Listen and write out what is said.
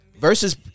Versus